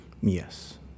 Yes